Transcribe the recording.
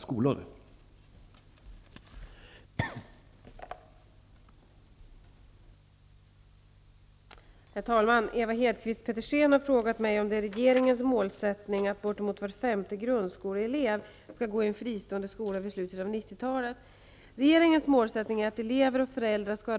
Är detta regeringens målsättning?